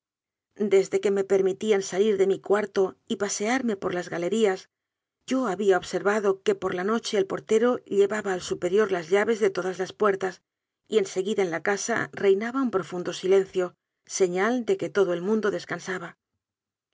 desde que me permitían salir de mi cuarto y pasearme por las galerías yo había observado que por la noche el portero llevaba al superior las llaves de todas las puertas y en seguida en la casa reinaba un profundo silencio señal de que todo el mundo descansaba